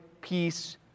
peace